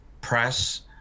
press